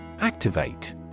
Activate